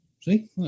See